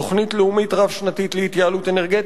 תוכנית לאומית רב-שנתית להתייעלות אנרגטית,